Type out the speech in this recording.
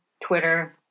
Twitter